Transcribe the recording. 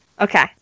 Okay